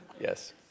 Yes